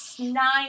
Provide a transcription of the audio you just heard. Nine